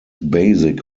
basic